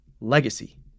legacy